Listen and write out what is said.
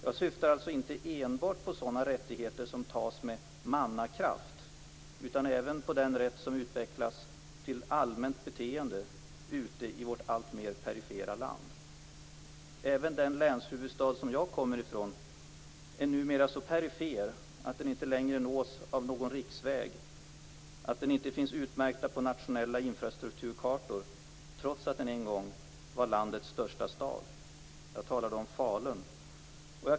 Jag syftar alltså inte enbart på sådana rättigheter som tas med mannakraft, utan även på den rätt som utvecklas till allmänt beteende ute i vårt alltmer perifera land. Även den länshuvudstad som jag kommer ifrån är numer så perifer att den inte längre nås av någon riksväg och inte finns utmärkt på nationella infrastrukturkartor, trots att den en gång var landets största stad. Jag talar om Falun.